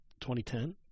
2010